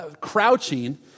crouching